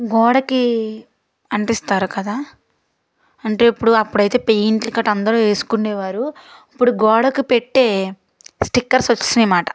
గోడకి అంటిస్తారు కదా అంటే ఇప్పుడు అప్పుడైతే పెయింట్ కట్ట అందరూ ఏసుకునేవారు ఇప్పుడు గోడకు పెట్టే స్టిక్కర్స్ వచ్చేసినాయి మాట